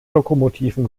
lokomotiven